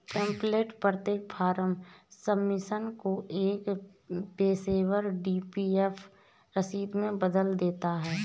template प्रत्येक form submission को एक पेशेवर पी.डी.एफ रसीद में बदल देता है